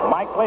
Mike